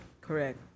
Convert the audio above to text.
correct